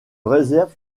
réserve